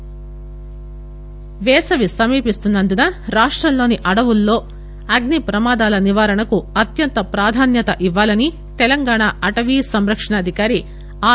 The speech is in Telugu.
అడవులు పేసవి సమీపిస్తన్నందున రాష్టంలోని అడవులలో అగ్ని ప్రమాదాల నివారణకు అత్యంత ప్రాధాన్యత ఇవ్వాలని తెలంగాణ అటవీ సంరక్షణ అధికారి ఆర్